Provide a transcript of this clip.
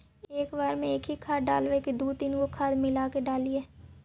एक बार मे एकही खाद डालबय की दू तीन गो खाद मिला के डालीय?